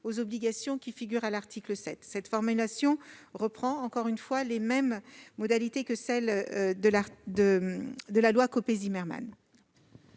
aux obligations qui figurent à l'article 7. Cette formulation reprend, encore une fois, les modalités de la loi Copé-Zimmermann.